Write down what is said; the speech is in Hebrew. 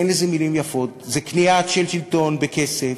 אין לזה מילים יפות: זה קנייה של שלטון בכסף,